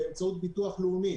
אלא באמצעות ביטוח לאומי